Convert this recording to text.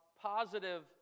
positive